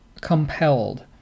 compelled